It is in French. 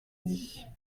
dit